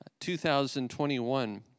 2021